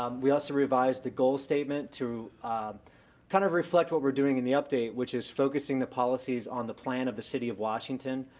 um we also revised the goal statement to kind of reflect what we're doing in the update, which is focusing the policies on the plan of the city of washington,